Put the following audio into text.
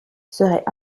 serait